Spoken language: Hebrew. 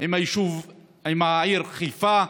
עם העיר חיפה.